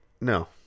no